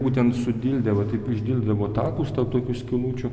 būtent su dilde va taip išdildydavo takus tarp tokių skylučių